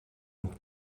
een